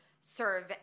serve